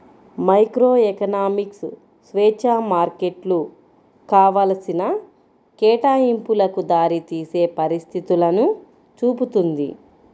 microeconomics స్వేచ్ఛా మార్కెట్లు కావాల్సిన కేటాయింపులకు దారితీసే పరిస్థితులను చూపుతుంది